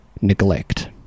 neglect